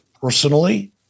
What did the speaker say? personally